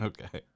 Okay